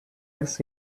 eggs